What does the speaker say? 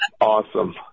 Awesome